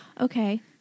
Okay